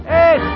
Hey